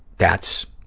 that's,